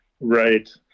Right